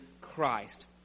Christ